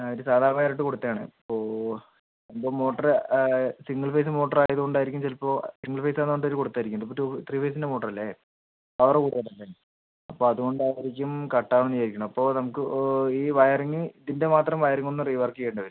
ആ ഇത് സാധാ വയറ് ഇട്ട് കൊടുത്തതാണ് ഓ എൻ്റെ മോട്ടറ് സിംഗിൾ ഫേസ് മോട്ടറ് ആയതുകൊണ്ട് ആയിരിക്കും ചിലപ്പോൾ സിംഗിൾ ഫേസാണെന്ന് പറഞ്ഞിട്ട് ഇത് കൊടുത്തത് ആയിരിക്കും ഇത് ഇപ്പോൾ ടു ത്രീ ഫേസിൻ്റെ മോട്ടർ അല്ലേ പവറ് കൂടുതൽ ആയിരിക്കും അപ്പം അതുകൊണ്ട് ആ പൂജ്യം കട്ട് ആവുന്ന് വിചാരിക്കുണു അപ്പോൾ നമുക്ക് ഈ വയറിംഗ് ഇതിൻ്റെ മാത്രം വയറിംഗ് ഒന്ന് റീവർക്ക് ചെയ്യേണ്ടി വരും